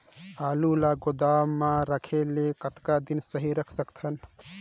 आलू ल गोदाम म रखे ले कतका दिन सही रख सकथन?